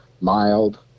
mild